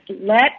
let